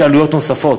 אבל יש עלויות נוספות,